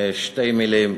שתי מילים.